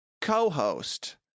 co-host